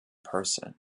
person